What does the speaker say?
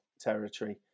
territory